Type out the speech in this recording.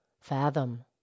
Fathom